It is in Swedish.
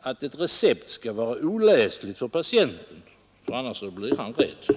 att ett recept skall vara oläsligt för patienten — annars blir han rädd.